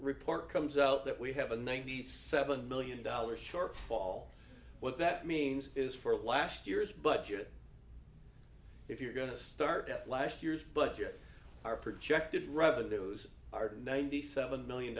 report comes out that we have a ninety seven million dollar shortfall what that means is for last year's budget if you're going to start at last year's budget our projected revenues are ninety seven million